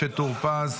משה טור פז,